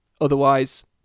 Otherwise